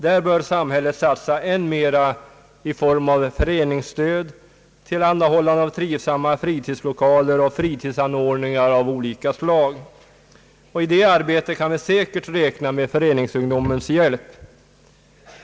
Här bör samhället satsa än mer i form av föreningsstöd, tillhandahållande av trivsamma fritidslokaler och fritidsanordningar av olika slag. I det arbetet kan vi säkert räkna med föreningsung:- domens hjälp.